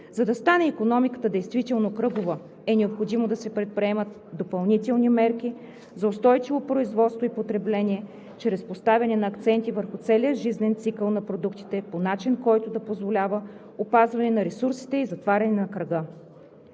За да стане икономиката действително кръгова, е необходимо да се предприемат допълнителни мерки за устойчиво производство и потребление чрез поставяне на акценти върху целия жизнен цикъл на продуктите по начин, който да позволява опазване на ресурсите и затваряне на кръга.